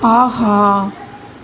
ஆஹா